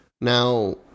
Now